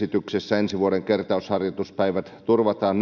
tässä talousarvioesityksessä ensi vuoden kertausharjoituspäivät turvataan